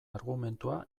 argumentua